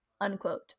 Unquote